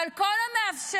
אבל כל המאפשרים,